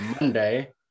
Monday